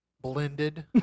blended